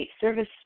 service